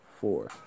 four